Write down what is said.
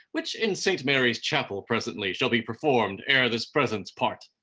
which in saint mary's chapel presently shall be performed ere this presence part.